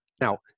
Now